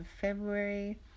February